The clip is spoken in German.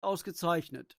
ausgezeichnet